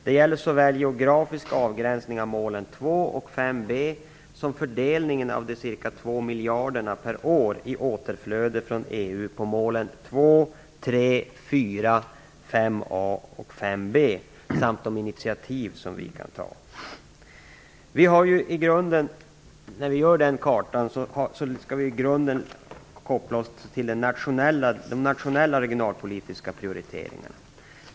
Det gäller såväl geografisk avgränsning av målen 2 och 5b som fördelning av de ca 2 miljarderna per år i återflöde från EU på målen 2, 3, 4, 5a och 5b samt de initiativ som vi kan ta. När vi gör den kartan skall vi i grunden koppla oss till de nationella regionalpolitiska prioriteringarna.